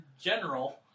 general